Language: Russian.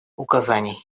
указаний